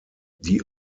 die